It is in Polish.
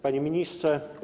Panie Ministrze!